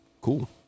Cool